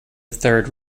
third